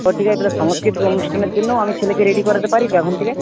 ও ঠিক আছে তাহলে সাংস্কৃতিক অনুষ্ঠানের জন্যও আমি ছেলেকে রেডি করাতে পারি তো এখন থেকে